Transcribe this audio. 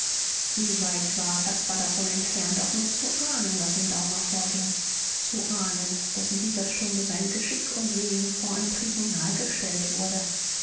wie weit war caspar davon entfernt auch nur zu ahnen was in daumer vorging zu ahnen daß in dieser stunde sein geschick und wesen vor ein tribunal gestellt wurde